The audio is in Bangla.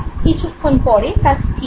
কিছুক্ষণ পরে তা স্থির হয়